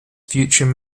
future